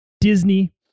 Disney